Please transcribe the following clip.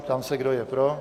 Ptám se, kdo je pro?